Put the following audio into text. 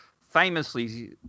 famously